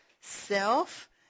Self